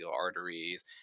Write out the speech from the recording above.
arteries